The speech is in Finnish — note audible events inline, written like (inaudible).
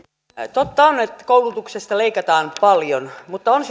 totta on että koulutuksesta leikataan paljon mutta on (unintelligible)